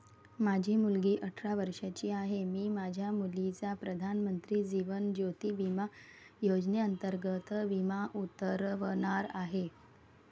माझी मुलगी अठरा वर्षांची आहे, मी माझ्या मुलीचा प्रधानमंत्री जीवन ज्योती विमा योजनेअंतर्गत विमा उतरवणार आहे